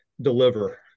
deliver